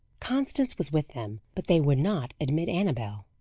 constance was with them, but they would not admit annabel.